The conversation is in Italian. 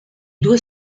due